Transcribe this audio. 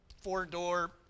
four-door